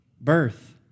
birth